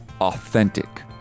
authentic